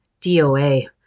DOA